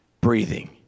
breathing